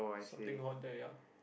something wrong there ya